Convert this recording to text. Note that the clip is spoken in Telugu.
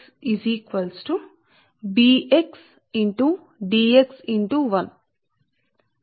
మరియు ఇది ఇలాంటి దే అని మీరు అనుకుంటారని అనుకుందాం